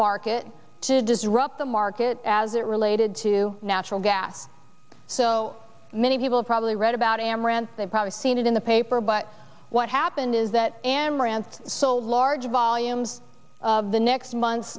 market to disrupt the market as it related to natural gas so many people probably read about amaranth they probably seen it in the paper but what happened is that amaranth so large volumes of the next month